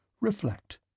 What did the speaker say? Reflect